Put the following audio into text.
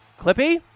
Clippy